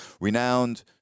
renowned